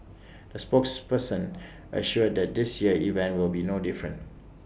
the spokesperson assured that this year's event will be no different